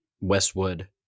Westwood